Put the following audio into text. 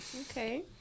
Okay